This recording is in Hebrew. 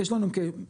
יש לנו גם -- אגב,